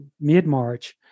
mid-March